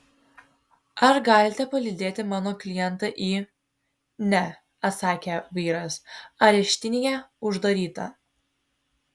ar galite palydėti mano klientą į ne atsakė vyras areštinėje uždaryta